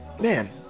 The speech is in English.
man